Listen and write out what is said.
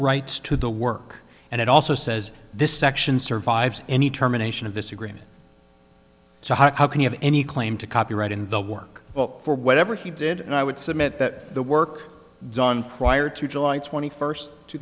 rights to the work and it also says this section survives any terminations of this agreement so how can you have any claim to copyright in the work well for whatever he did and i would submit that the work done prior to july twenty first two